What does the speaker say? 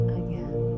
again